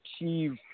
achieve